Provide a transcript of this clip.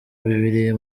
bibiliya